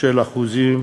של האחוזים